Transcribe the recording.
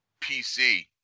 PC